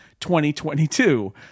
2022